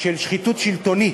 של שחיתות שלטונית,